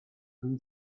and